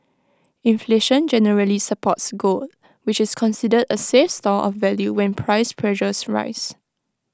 inflation generally supports gold which is considered A safe store of value when price pressures rise